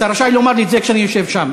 אתה רשאי לומר לי את זה כשאני יושב שם,